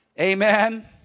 Amen